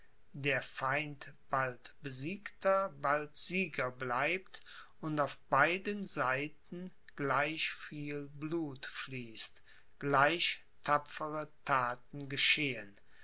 der feind bald besiegter bald sieger bleibt und auf beiden seiten gleich viel blut fließt gleich tapfere thaten geschehen